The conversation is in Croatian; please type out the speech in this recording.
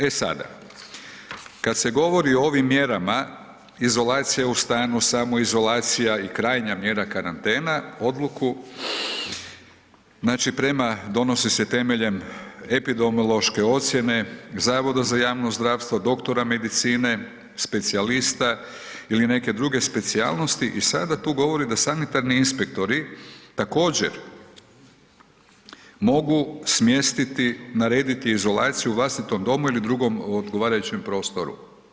E sada, kad se govori o ovim mjerama izolacija u satnu, samoizolacija i krajnja mjera karantena odluku znači prema, donosi se temeljem epidemiološke ocjene zavoda za javno zdravstvo, doktora medicine, specijalista ili neke druge specijalnosti i sada tu govori da sanitarni inspektori također mogu smjestiti, narediti izolaciju u vlastitom domu ili drugom odgovarajućem prostoru.